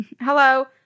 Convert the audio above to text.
hello